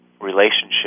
relationship